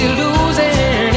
losing